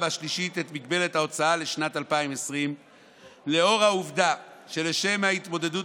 השלישית את מגבלת ההוצאה לשנת 2020 לאור העובדה שלשם התמודדות